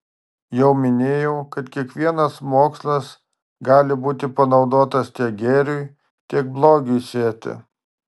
jau minėjau kad kiekvienas mokslas gali būti panaudotas tiek gėriui tiek blogiui sėti